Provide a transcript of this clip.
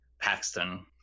Paxton